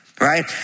right